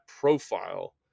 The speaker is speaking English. profile